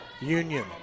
Union